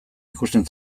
ikusten